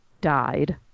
died